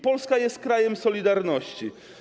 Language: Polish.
Polska jest krajem solidarności.